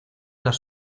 las